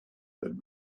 that